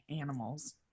animals